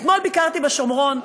אתמול ביקרתי בשומרון.